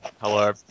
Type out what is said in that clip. Hello